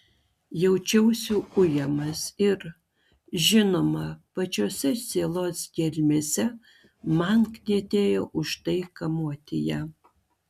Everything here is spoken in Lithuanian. jaučiausi ujamas ir žinoma pačiose sielos gelmėse man knietėjo už tai kamuoti ją